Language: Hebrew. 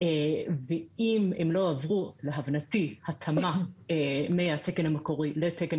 ואם הם לא עברו התאמה מהתקן המקורי לתקן